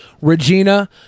Regina